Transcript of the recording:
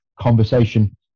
conversation